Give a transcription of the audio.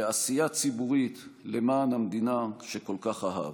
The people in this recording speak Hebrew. לעשייה ציבורית למען המדינה שכל כך אהב.